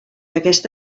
aquesta